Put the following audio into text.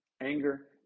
anger